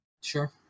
Sure